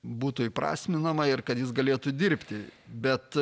būtų įprasminama ir kad jis galėtų dirbti bet